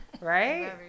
right